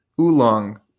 oolong